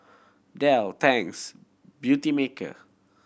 Dell Tangs Beautymaker